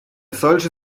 solche